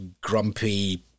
grumpy